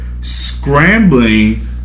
scrambling